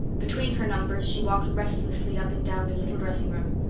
between her numbers she walked restlessly up and down the little dressing-room.